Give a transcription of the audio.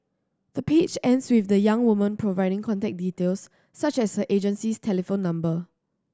the page ends with the young woman providing contact details such as her agency's telephone number